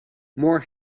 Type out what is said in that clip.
more